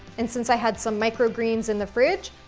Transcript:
and since i had some microgreens in the fridge,